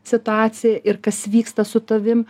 situacija ir kas vyksta su tavim